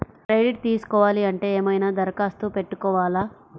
Credit తీసుకోవాలి అంటే ఏమైనా దరఖాస్తు పెట్టుకోవాలా?